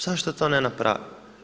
Zašto to ne napravi?